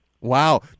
Wow